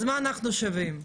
אז מה אנחנו שווים?